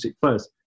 first